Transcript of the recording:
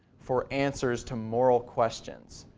for answers to moral questions.